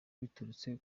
biturutse